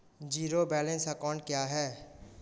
Zero balance account क्या है?